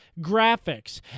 Graphics